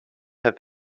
have